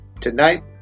Tonight